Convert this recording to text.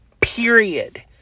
period